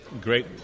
Great